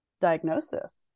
diagnosis